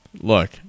look